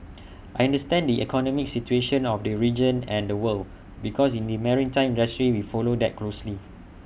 I understand the economic situation of the region and the world because in the maritime industry we follow that closely